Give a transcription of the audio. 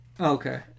okay